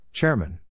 Chairman